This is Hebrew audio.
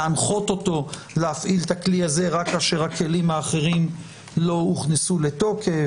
להנחות אותו להפעיל את הכלי הזה רק כאשר הכלים האחרים לא הוכנסו לתוקף,